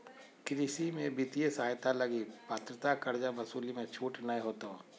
कृषि में वित्तीय सहायता लगी पात्रता कर्जा वसूली मे छूट नय होतो